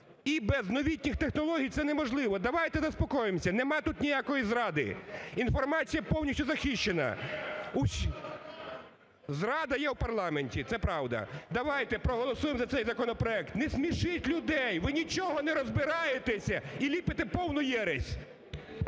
і без новітніх технологій це неможливо. Давайте заспокоїмося, немає тут ніякої зради, інформація повністю захищена. Зрада є в парламенті, це правда. Давайте проголосуємо за цей законопроект. Не смішіть людей, ви нічого не розбираєтеся і ліпите повну єресь.